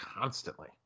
constantly